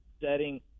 setting